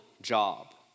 job